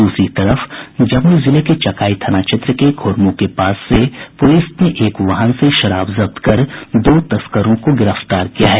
दूसरी तरफ जमुई जिले के चकाई थाना क्षेत्र के घोरमो के पास से पुलिस ने एक वाहन से शराब जब्त कर दो तस्करों को गिरफ्तार किया है